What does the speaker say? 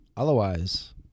Otherwise